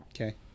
Okay